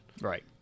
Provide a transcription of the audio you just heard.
right